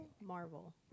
Marvel